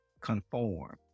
conform